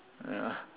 ya